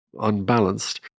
unbalanced